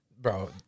Bro